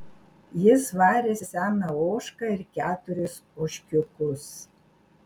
jis varėsi seną ožką ir keturis ožkiukus